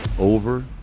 Over